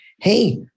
hey